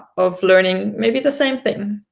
of learning maybe the same thing.